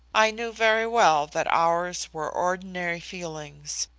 i knew very well that ours were ordinary feelings.